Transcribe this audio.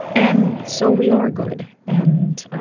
and so we are good. and